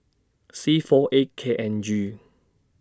C four eight K N G